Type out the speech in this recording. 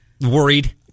worried